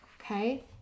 Okay